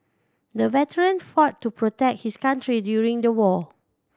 the veteran fought to protect his country during the war